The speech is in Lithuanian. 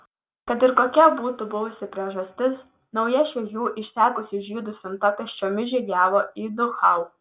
kad ir kokia būtų buvusi priežastis nauja šviežių išsekusių žydų siunta pėsčiomis žygiavo į dachau